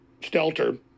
stelter